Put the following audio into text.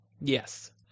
Yes